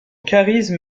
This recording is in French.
charisme